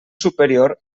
superior